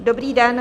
Dobrý den.